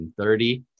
130